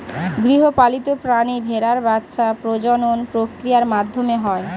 গৃহপালিত প্রাণী ভেড়ার বাচ্ছা প্রজনন প্রক্রিয়ার মাধ্যমে হয়